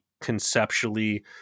conceptually